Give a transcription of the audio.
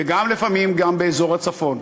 וגם לפעמים באזור הצפון,